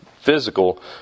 physical